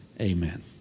Amen